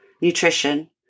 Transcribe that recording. nutrition